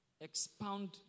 expound